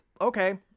okay